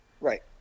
right